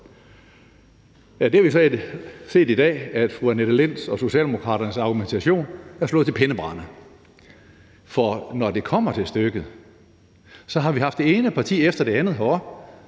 Der har vi så set i dag, at fru Annette Lind og Socialdemokraternes argumentation er slået til pindebrænde. For når det kommer til stykket, har vi haft det ene parti efter det andet